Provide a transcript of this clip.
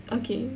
okay